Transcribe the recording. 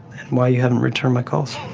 and why you haven't returned my calls.